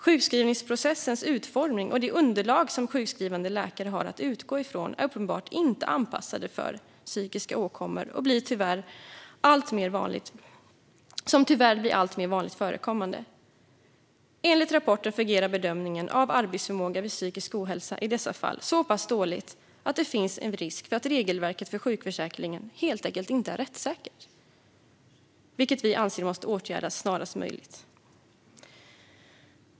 Sjukskrivningsprocessens utformning och de underlag som sjukskrivande läkare har att utgå ifrån är uppenbart inte anpassade för psykiska åkommor, som tyvärr blir alltmer vanligt förekommande. Enligt rapporten fungerar bedömningen av arbetsförmåga vid psykisk ohälsa i dessa fall så pass dåligt att det finns en risk för att regelverket för sjukförsäkringen helt enkelt inte är rättssäkert, vilket vi anser måste åtgärdas snarast möjligt.